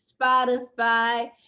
Spotify